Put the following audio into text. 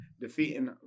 defeating